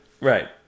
Right